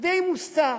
די מוסתר,